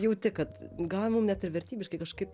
jauti kad gal mum net ir vertybiškai kažkaip